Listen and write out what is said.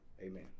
amen